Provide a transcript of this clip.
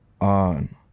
on